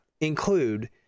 include